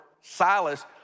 Silas